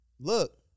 look